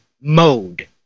mode